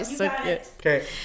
Okay